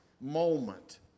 moment